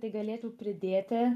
tai galėtų pridėti